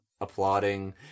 applauding